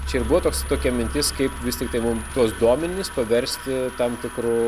čia ir buvo toks tokia mintis kaip vis tik tai mum tuos duomenis paversti tam tikru